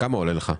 כמה עולה לך?